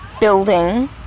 building